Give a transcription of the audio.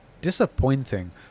disappointing